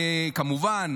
כמובן,